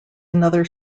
another